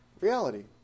reality